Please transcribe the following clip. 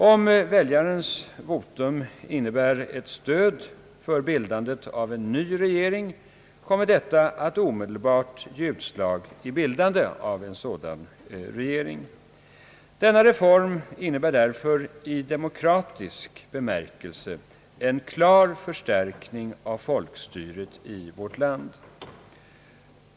Om väljarnas votum innebär ett stöd för bildandet av en ny regering, kommer detta att omedelbart ge utslag i bildandet av en ny regering. Denna reform innebär därför i demokratisk bemärkelse en klar förstärkning av folkstyret i vårt land.